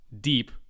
deep